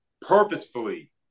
purposefully